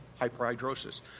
Hyperhidrosis